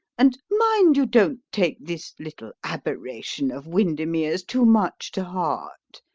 and mind you don't take this little aberration of windermere's too much to heart.